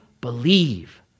believe